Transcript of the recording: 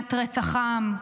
מניעת רצח עם,